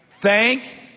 Thank